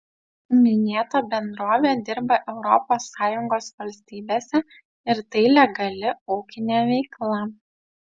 minėta bendrovė dirba europos sąjungos valstybėse ir tai legali ūkinė veikla